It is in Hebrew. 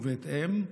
ובהתאם,